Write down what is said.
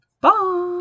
bye